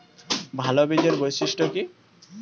ভাল বীজের বৈশিষ্ট্য কী?